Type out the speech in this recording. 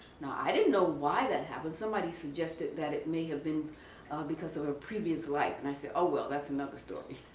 now i don't know why that happened. somebody suggested that it may have been because our previous life and i said oh well that's another story